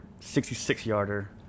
66-yarder